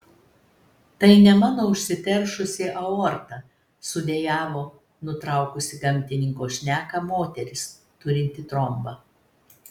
tai ne mano užsiteršusi aorta sudejavo nutraukusi gamtininko šneką moteris turinti trombą